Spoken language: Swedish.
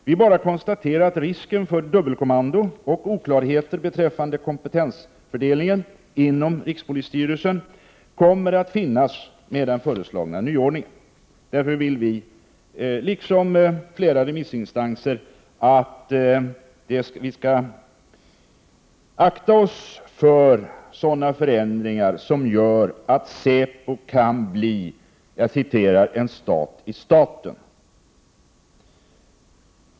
Vi bara konstaterar att risker för dubbelkommando och oklarheter beträffande kompetensfördelningen inom rikspolisstyrelsen kommer att finnas med den föreslagna nyordningen. Därför anser vi, liksom flera remissinstanser, att vi skall akta oss för sådana förändringar som gör att säpo kan bli ”en stat i staten”.